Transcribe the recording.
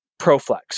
Proflex